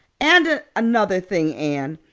and another thing, anne,